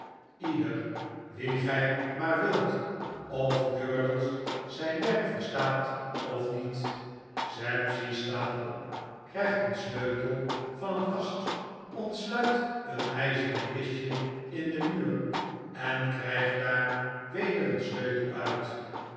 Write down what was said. ieder wien gij maar wilt of durdels zijn werk verstaat of niet sapsea staat op krijgt een sleutel van een kast ontsluit een ijzeren kistje in den muur en krijgt daar weder een sleutel uit